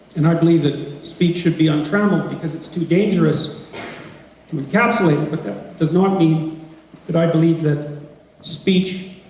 and i believe that speech should be untrammeled because it's too dangerous to encapsulate with it does not mean that i believe that speech,